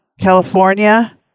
California